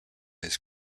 his